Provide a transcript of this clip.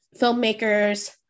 filmmakers